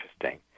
interesting